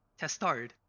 Testard